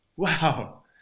Wow